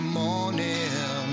morning